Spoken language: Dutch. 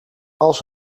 als